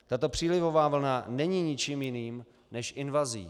Tato přílivová vlna není ničím jiným než invazí.